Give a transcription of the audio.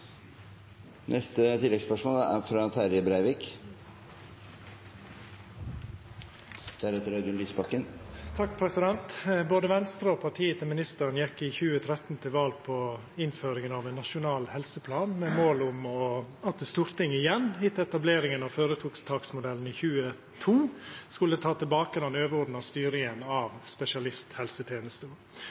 Terje Breivik – til oppfølgingsspørsmål. Både Venstre og partiet til ministeren gjekk i 2013 til val på innføringa av ein nasjonal helseplan, med mål om at Stortinget igjen, etter etableringa av føretaksmodellen i 2002, skulle ta tilbake den overordna styringa av spesialisthelsetenesta.